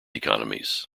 economies